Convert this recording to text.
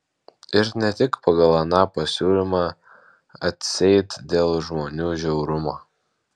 ir ne tik pagal aną pasiūlymą atseit dėl žmonių žiaurumo